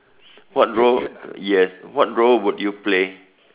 what role yes what role would you play